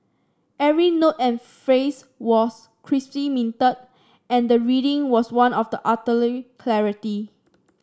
every note and phrase was crisply minted and the reading was one of the utterly clarity